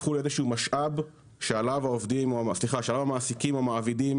הפכו לאיזה שהוא משאב שעליו המעסיקים או המעבידים